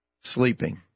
Sleeping